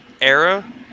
era